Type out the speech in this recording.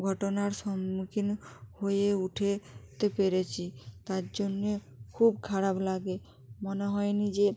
ঘটনার সম্মুখীন হয়ে উঠে উঠতে পেরেছি তার জন্যে খুব খারাপ লাগে মনে হয় না যে